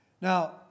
Now